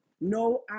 no